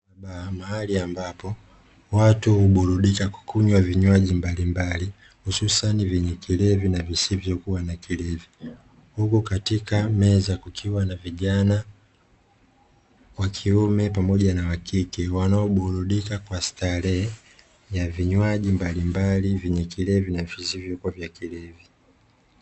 Mahali ambako watu huburudika kunywa vinywaji mbalimbali hususani vyenye kilevi na visivyokua na kilevi huku katika meza kukiwa na vijana wa kiume pamoja na wakike wanaoburudika kwa starehe ya vinywaji mbalimbali vyenye kilevi na visivyokua na kilevi.